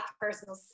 personal